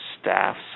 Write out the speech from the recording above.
staff